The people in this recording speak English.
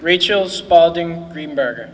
rituals balding greenberg